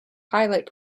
highlight